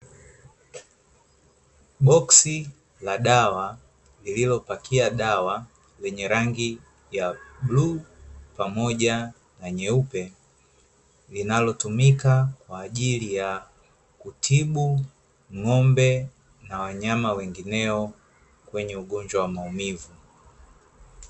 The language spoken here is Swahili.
Boksi la dawa lililopakia dawa lenye rangi ya bluu pamoja na nyeupe, linalotumika kwaajili ya kutibu ng’ombe na wanyama wengineo wenye ugonjwa wa maumivu.